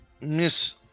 Miss